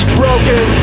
broken